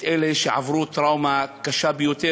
את אלה שעברו טראומה קשה ביותר,